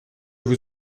vous